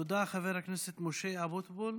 תודה, חבר הכנסת משה אבוטבול.